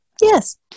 Yes